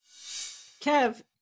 Kev